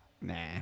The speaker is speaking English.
Nah